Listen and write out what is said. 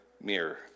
mirror